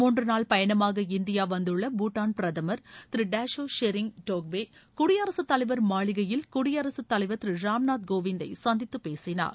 மூன்று நாள் பயணமாக இந்தியா வந்துள்ள பூடனான் பிரதமர் திரு டேஷோ ஷெரிங் டோப்கே குடியரசுத்தலைவர் மாளிகையில் குடியரசுத் தலைவர் திரு ராம் நாத் கோவிந்ததை சந்தித்துப் பேசினார்